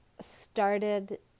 started